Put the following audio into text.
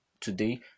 today